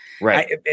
Right